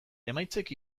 emaitzek